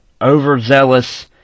overzealous